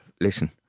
listen